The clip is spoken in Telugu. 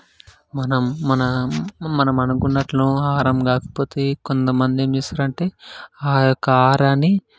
మనం మనం మనము అనుకున్నట్లు ఆహారం కాకపోతే కొంత మంది ఏమి చేస్తారంటే ఆ యొక్క ఆహారాన్ని